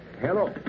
Hello